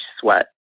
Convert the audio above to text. sweat